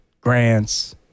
grants